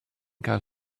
cael